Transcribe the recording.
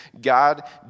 God